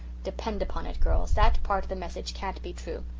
depend upon it, girls, that part of the message can't be true.